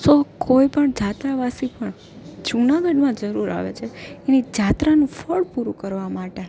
સો કોઈપણ યાત્રાવાસી પણ જૂનાગઢમાં જરૂર આવે છે એની યાત્રાનું ફળ પૂરું કરવા માટે